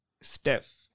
Steph